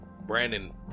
Brandon